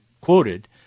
quoted